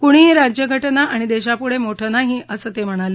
कुणीही राज्यघटना आणि देशापेक्षा मोठं नाही असं ते म्हणाले